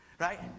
Right